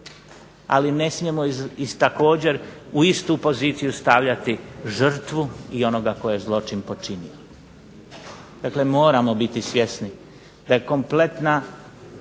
Ali ne smijemo i također u istu poziciju stavljati žrtvu i onoga tko je zločin počinio. Dakle, moramo biti svjesni da je kompletna